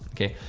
okay.